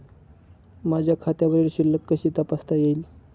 माझ्या खात्यावरील शिल्लक कशी तपासता येईल?